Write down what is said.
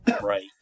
Right